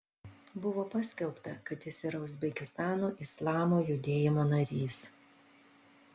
buvo paskelbta kad jis yra uzbekistano islamo judėjimo narys